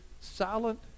silent